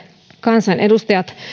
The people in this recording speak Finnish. kansanedustajat